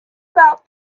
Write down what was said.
about